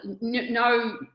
No